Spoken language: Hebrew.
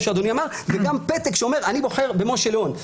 וגם פתק שאומר: אני בוחר במשה לאון,